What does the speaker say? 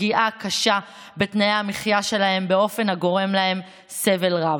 ופגיעה קשה בתנאי המחיה שלהם באופן הגורם להם סבל רב.